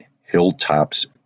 Hilltops